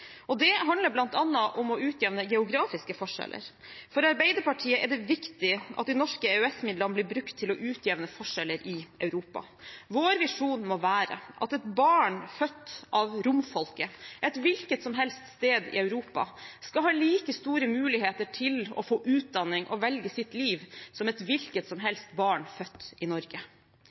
Det handler bl.a. om å utjevne geografiske forskjeller. For Arbeiderpartiet er det viktig at de norske EØS-midlene blir brukt til å utjevne forskjeller i Europa. Vår visjon må være at et barn født av romfolket et hvilket som helst sted i Europa, skal ha like store muligheter til å få utdanning og velge sitt liv som et hvilket som helst barn født i Norge.